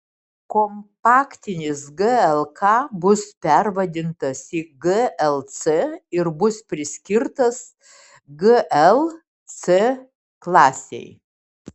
kompaktinis glk bus pervadintas į glc ir bus priskirtas gl c klasei